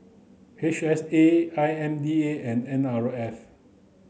H S A I M D A and N R F